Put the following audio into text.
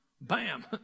Bam